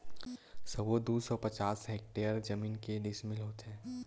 सबो दू सौ पचास हेक्टेयर जमीन के डिसमिल होथे?